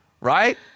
right